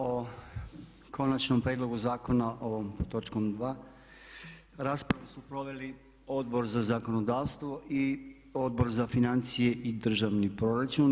O konačnom prijedlogu zakona ovom točkom dva raspravu su proveli Odbor za zakonodavstvo i Odbor za financije i državni proračun.